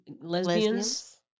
lesbians